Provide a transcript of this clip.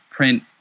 Print